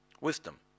wisdom